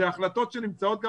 אלה החלטות שנמצאות גם,